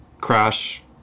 crash